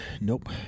Nope